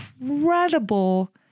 incredible